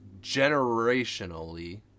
Generationally